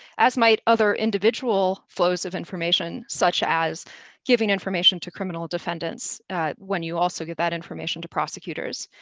as might other individual flows of information, such as giving information to criminal defendants when you also give that information to prosecutors.